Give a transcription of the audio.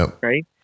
Right